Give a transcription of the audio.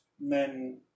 men